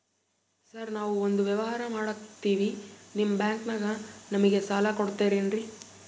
Sir ನಾವು ಒಂದು ವ್ಯವಹಾರ ಮಾಡಕ್ತಿವಿ ನಿಮ್ಮ ಬ್ಯಾಂಕನಾಗ ನಮಿಗೆ ಸಾಲ ಕೊಡ್ತಿರೇನ್ರಿ?